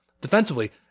defensively